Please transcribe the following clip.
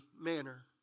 manner